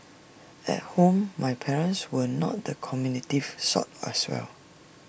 at home my parents were not the communicative sort as well